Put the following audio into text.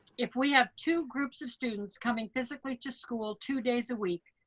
if we have two groups of students coming physically to school two days a week,